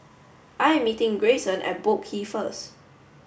I am meeting Greyson at Boat Quay first